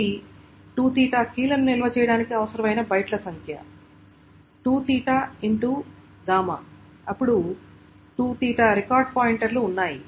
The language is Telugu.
ఇది కీలను నిల్వ చేయడానికి అవసరమైన బైట్ల సంఖ్య అప్పుడు రికార్డ్ పాయింటర్లు ఉన్నాయి